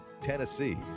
Tennessee